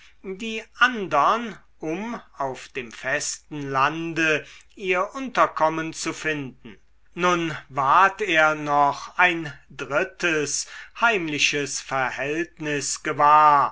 die andern um auf dem festen lande ihr unterkommen zu finden nun ward er noch ein drittes heimliches verhältnis gewahr